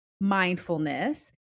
mindfulness